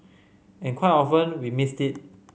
and quite often we missed it